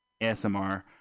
ASMR